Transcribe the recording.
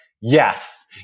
yes